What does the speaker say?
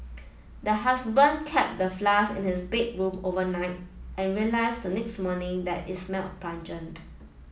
the husband kept the flask in his bedroom overnight and realised the next morning that it smelt pungent